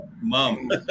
Mom